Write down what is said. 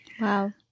Wow